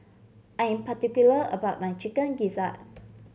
I am particular about my Chicken Gizzard